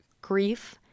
grief